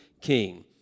king